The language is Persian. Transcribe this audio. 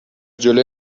جلوی